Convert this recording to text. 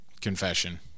confession